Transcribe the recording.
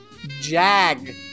Jag